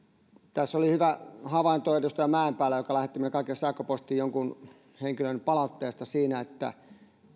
tässä oli hyvä havainto edustaja mäenpäällä joka lähetti meille kaikille sähköpostia jonkun henkilön palautteesta siitä että